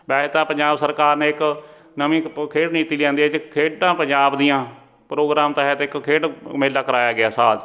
ਵੈਸੇ ਤਾਂ ਪੰਜਾਬ ਸਰਕਾਰ ਨੇ ਇੱਕ ਨਵੀਂ ਕ ਪ ਖੇਡ ਨੀਤੀ ਲਿਆਂਦੀ ਹੈ ਖੇਡਾਂ ਪੰਜਾਬ ਦੀਆਂ ਪ੍ਰੋਗਰਾਮ ਤਹਿਤ ਇੱਕ ਖੇਡ ਮੇਲਾ ਕਰਾਇਆ ਗਿਆ ਸਾਲ